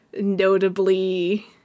notably